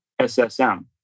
SSM